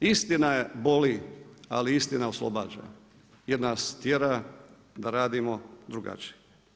Istina boli ali istina oslobađa jer nas tjera da radimo drugačije.